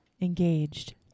engaged